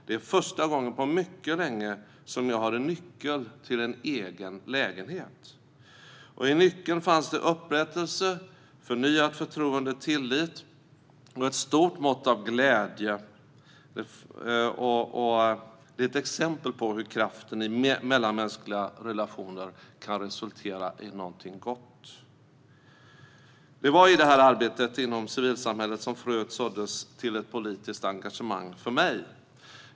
Det är första gången på mycket länge som jag har en nyckel till en egen lägenhet. I nyckeln fanns det upprättelse, förnyat förtroende, tillit och ett stort mått av glädje. Det är ett exempel på hur kraften i mellanmänskliga relationer kan resultera i något gott. Det var i det här arbetet inom civilsamhället som fröet såddes till ett politiskt engagemang för mig.